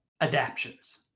adaptions